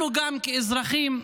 אנחנו גם כאזרחים דורשים,